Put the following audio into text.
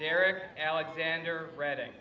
derek alexander reading